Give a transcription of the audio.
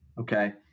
Okay